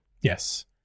Yes